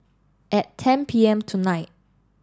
at ten P M tonight